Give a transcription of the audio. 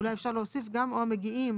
אולי אפשר להוסיף גם "או המגיעים",